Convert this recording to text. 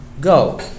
Go